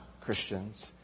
Christians